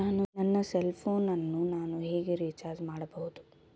ನನ್ನ cell phone ಅನ್ನು ನಾನು ಹೇಗೆ ರಿಚಾರ್ಜ್ ಮಾಡಬಹುದು?